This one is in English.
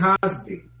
Cosby